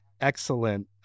excellent